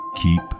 Keep